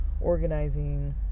organizing